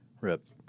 Rip